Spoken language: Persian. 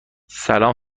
سلام